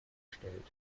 stellt